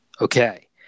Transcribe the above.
Okay